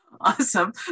Awesome